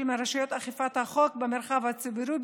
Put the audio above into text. מרשויות אכיפת החוק במרחב הציבורי,